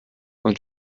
und